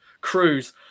cruise